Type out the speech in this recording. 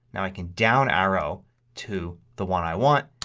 now i can down arrow to the one i want,